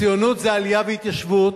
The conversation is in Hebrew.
ציונות זה עלייה והתיישבות,